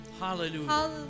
Hallelujah